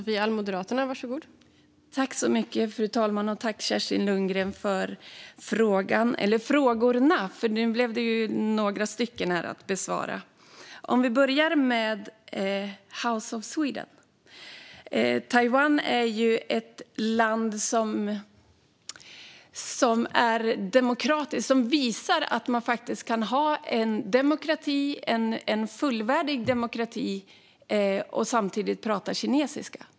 Fru talman! Jag tackar Kerstin Lundgren för frågorna. Det blev några att besvara. Låt mig börja med House of Sweden. Taiwan är ett demokratiskt land och visar att man kan ha en fullvärdig demokrati och samtidigt tala kinesiska.